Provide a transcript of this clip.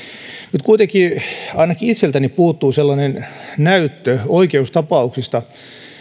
nyt kuitenkin ainakin itseltäni puuttuu sellainen näyttö oikeustapauksista